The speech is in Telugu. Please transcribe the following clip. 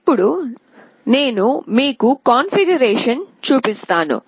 ఇప్పుడు నేను మీకు కాన్ఫిగరేషన్ చూపిస్తాను